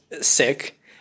sick